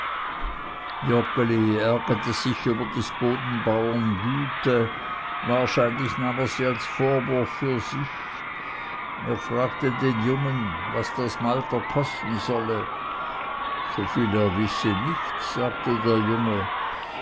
ärgerte sich über des bodenbauern güte wahrscheinlich nahm er sie als vorwurf für sich er fragte den jungen was das malter kosten solle soviel er wisse nichts sagte der junge